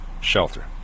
shelter